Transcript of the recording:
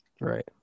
right